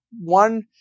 one